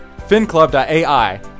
FinClub.ai